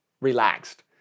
relaxed